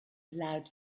allowed